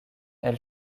elle